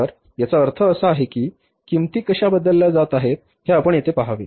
तर याचा अर्थ असा आहे की किंमती कशा बदलल्या जात आहेत हे आपण येथे पहावे